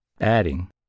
adding